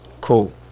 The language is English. cool